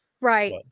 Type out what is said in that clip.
Right